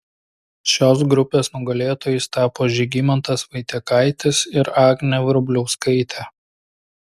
šios grupės nugalėtojais tapo žygimantas vaitiekaitis ir agnė vrubliauskaitė